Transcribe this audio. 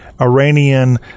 Iranian